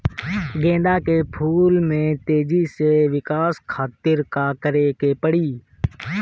गेंदा के फूल में तेजी से विकास खातिर का करे के पड़ी?